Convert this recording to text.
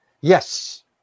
Yes